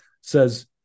says